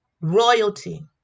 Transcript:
Royalty